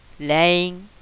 Lying